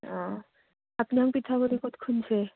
অঁ আপোনাৰ পিঠাগুড়ি ক'ত খুন্দছে